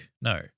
No